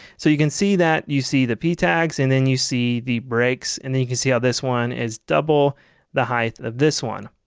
so you can see that you see the p tags and then you see the breaks and then you can see how this one is double the height of this one.